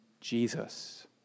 Jesus